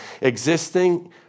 existing